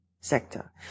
sector